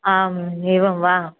आम् एवं वा